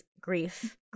grief